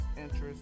interest